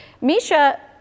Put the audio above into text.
Misha